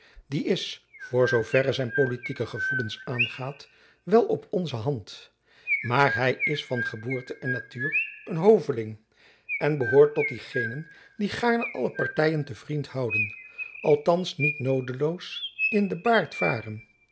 die is voor zooverre zijn politieke gevoelens aangaat wel op onze hand maar hy is van geboorte en natuur een hoveling en behoort tot diegenen die jacob van lennep elizabeth musch gaarne alle partyen te vriend houden althands niet noodeloos in den baard varen